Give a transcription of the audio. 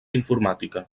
informàtica